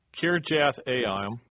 Kirjath-Aim